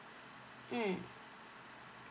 mm